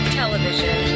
television